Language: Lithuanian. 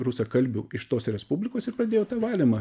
rusakalbių iš tos respublikos ir pradėjo tą valymą